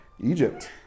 Egypt